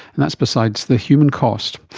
and that's besides the human cost.